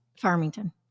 Farmington